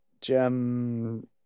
gem